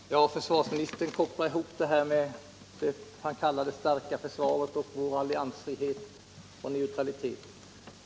Herr talman! Försvarsministern kopplar ihop vad han kallar det starka försvaret med vår alliansfrihet och vår neutralitet.